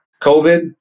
COVID